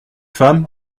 femme